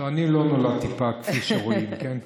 אני לא נולדתי פג, כפי שרואים, כן?